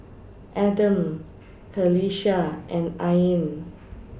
Adam Qalisha and Ain